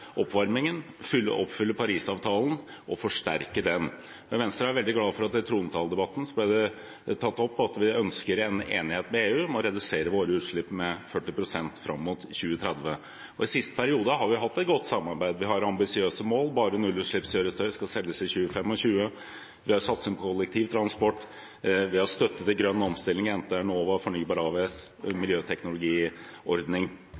oppvarmingen og å oppfylle Paris-avtalen og forsterke den. Venstre er veldig glad for at det i trontaledebatten ble tatt opp at vi ønsker en enighet med EU om å redusere våre utslipp med 40 pst. fram mot 2030. I siste periode har vi hatt et godt samarbeid, og vi har ambisiøse mål: bare nullutslippskjøretøy skal selges i 2025, det er satsing på kollektivtransport, vi har støtte til grønn omstilling, enten det er Enova, Fornybar